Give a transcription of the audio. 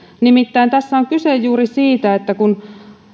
nimittäin tässä on kyse juuri siitä että kun